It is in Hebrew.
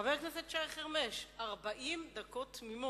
חבר הכנסת שי חרמש, 40 דקות תמימות.